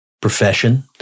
profession